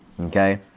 Okay